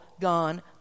gone